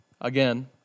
again